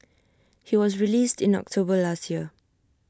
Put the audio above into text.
he was released in October last year